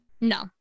No